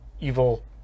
evil